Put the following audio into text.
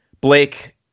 Blake